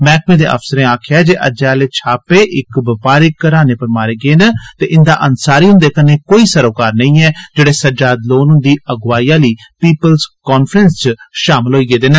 मैह्कमे दे अफसरें आक्खेआ ऐ जे अज्जै आले छापे इक बपारिक घराने पर मारे गे न ते इंदा अंसारी हुंदे कन्ने कोई सरोकार नेईं ऐ जेहडे सज्जाद लोन हुंदी अगुवाई आली पीपुल्ज कांफ्रेंस च शामल होई गेदे न